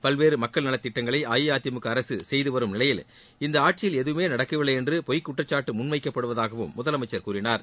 பல்வேறு மக்கள் நலத்திட்டங்களை அஇஅதிமுக அரசு செய்து வரும் நிலையில் இந்த ஆட்சியில் எதுவுமே நடக்கவில்லை என பொய் குற்றச்சாட்டு முன்வைக்கப்படுவதாகவும் முதலமைச்சர் கூறினார்